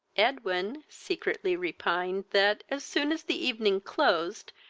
edwin secretly repined that, as soon as the evening closed,